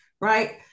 right